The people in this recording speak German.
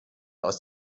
aus